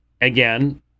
again